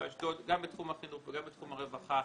באשדוד גם בתחום החינוך וגם בתחום הרווחה.